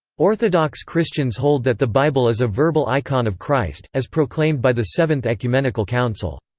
orthodox christians hold that the bible is a verbal icon of christ, as proclaimed by the seventh ecumenical council.